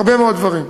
הרבה מאוד דברים.